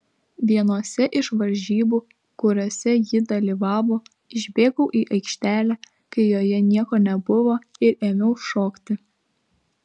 vienose iš varžybų kuriose ji dalyvavo išbėgau į aikštelę kai joje nieko nebuvo ir ėmiau šokti